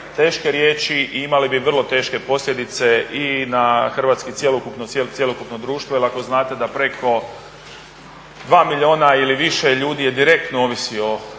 teške riječi i imale bi vrlo teške posljedice i na hrvatsko cjelokupno društvo. Jer ako znate da preko 2 milijuna ili više ljudi direktno ovisi